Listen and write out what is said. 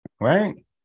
Right